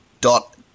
dot